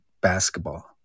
basketball